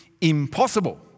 impossible